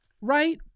right